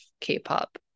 K-pop